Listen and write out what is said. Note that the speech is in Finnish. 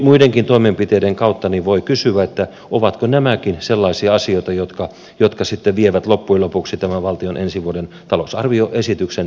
muidenkin toimenpiteiden kautta voi kysyä ovatko nämäkin sellaisia asioita jotka sitten vievät loppujen lopuksi tämän valtion ensi vuoden talousarvioesityksen